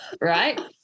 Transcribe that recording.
Right